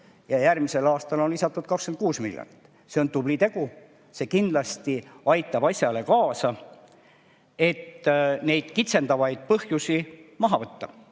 ja järgmisel aastal on lisatud 26 miljardit. See on tubli tegu. See kindlasti aitab kaasa, et neid kitsendavaid põhjusi maha võtta. Siin